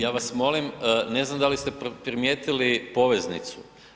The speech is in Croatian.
Ja vas molim ne znam da li ste primijetili poveznicu